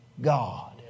God